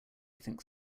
think